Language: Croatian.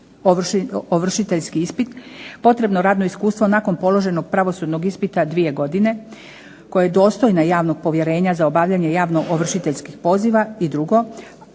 javnoovršiteljski ispit, potrebno radno iskustvo nakon položenog pravosudnog ispita dvije godine, koja je dostojna javnog povjerenja za obavljanje javnoovršiteljskih poziva i drugi